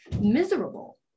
miserable